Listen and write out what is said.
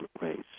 race